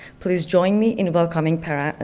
please join me in welcoming parissa.